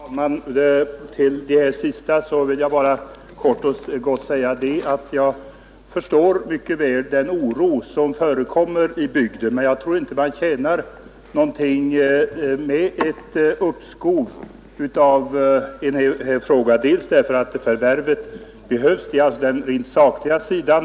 Herr talman! Till det sista vill jag bara kort och gott säga att jag mycket väl förstår den oro som förekommer i bygden. Men jag tror inte man vinner någonting med ett uppskov bl.a. därför att förvärvet behövs — det är den rent sakliga sidan.